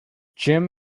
jim